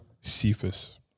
Cephas